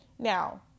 Now